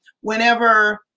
whenever